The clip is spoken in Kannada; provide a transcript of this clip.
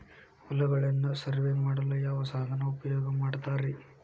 ಹೊಲಗಳನ್ನು ಸರ್ವೇ ಮಾಡಲು ಯಾವ ಸಾಧನ ಉಪಯೋಗ ಮಾಡ್ತಾರ ರಿ?